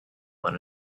one